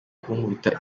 kunkubita